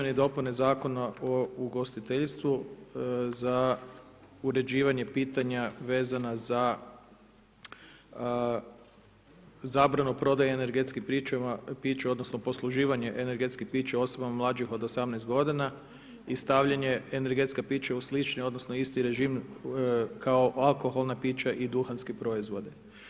dopuni Zakona o ugostiteljstvu za uređivanja pitanja vezana za zabrana o prodaji energetskih pića, odnosno, posluživanja energetskih pića osobama mlađih od 18 g. i stavljanje energetskih pića u slični, odnosno, isti režim kao alkoholna pića i duhanski proizvodi.